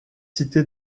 cité